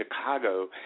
Chicago